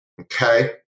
okay